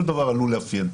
כל דבר עלול לאפיין.